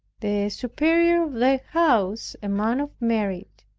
the superior of the house, a man of merit,